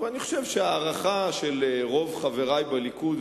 אבל אני חושב שההערכה של רוב חברי בליכוד,